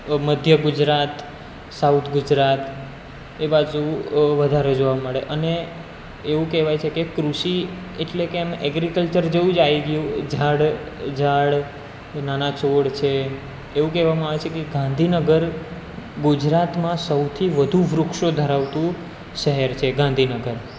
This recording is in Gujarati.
મધ્ય ગુજરાત સાઉથ ગુજરાત એ બાજુ વધારે જોવા મળે અને એવું કહેવાય છે કે કૃષિ એટલે કે એમ એગ્રીકલ્ચર જેવું જ આવી ગયું ઝાડ ઝાડ નાના છોળ છે એવું કહેવામાં આવે છે કે ગાંધીનગર ગુજરાતમાં સૌથી વધુ વૃક્ષો ધરાવતું શહેર છે ગાંધીનગર